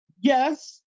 yes